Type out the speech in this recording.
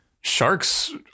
sharks